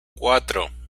cuatro